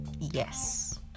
yes